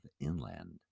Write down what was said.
inland